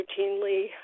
routinely